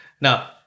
Now